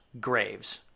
graves